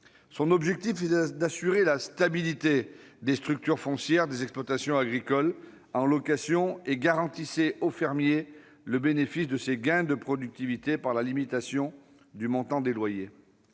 en vue d'assurer la stabilité des structures foncières des exploitations agricoles en location et de garantir au fermier le bénéfice de ses gains de productivité par la limitation des loyers.